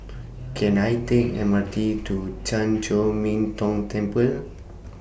Can I Take M R T to Chan Chor Min Tong Temple